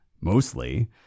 Mostly